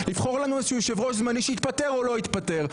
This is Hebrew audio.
לבחור לנו יושב-ראש זמני שיתפטר או לא יתפטר.